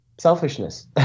Selfishness